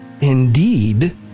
indeed